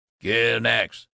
get-nax,